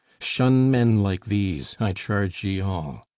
shun men like these, i charge ye all!